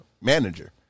manager